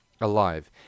Alive